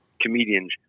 comedians